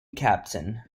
captain